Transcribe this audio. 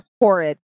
horrid